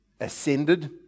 ascended